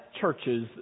churches